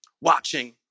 watching